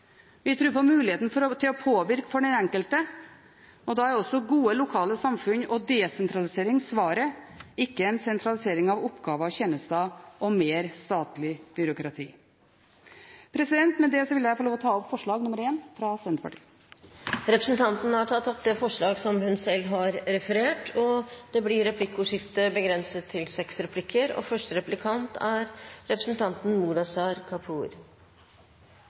Senterpartiet tror på frihet. Vi tror på muligheten til den enkelte for å påvirke. Da er gode lokalsamfunn og desentralisering svaret – ikke en sentralisering av oppgaver og tjenester og mer statlig byråkrati. Med det vil jeg få lov til å ta opp forslag nr. 1, fra Senterpartiet. Representanten har tatt opp det forslaget hun refererte til. Det blir replikkordskifte. Jeg er